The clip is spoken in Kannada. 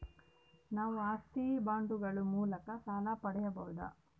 ನಾವು ಆಸ್ತಿ ಬಾಂಡುಗಳ ಮೂಲಕ ಸಾಲ ಪಡೆಯಬಹುದಾ?